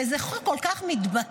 וזה חוק כל כך מתבקש.